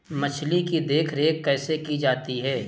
मछली की देखरेख कैसे की जाती है?